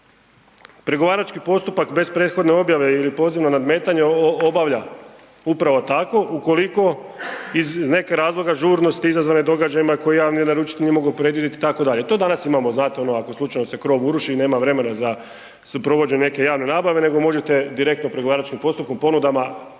„pregovarački postupak bez prethodne objave ili poziva nadmetanja obavlja upravo tako, ukoliko iz nekog razloga žurnosti izazvane događajima koji javni naručitelj nije mogao predvidjeti“ itd. to danas imamo znate ono ako se slučajno krov uruši nema vremena za provođenje neke javne nabave nego možete direktno pregovaračkim postupkom ponudama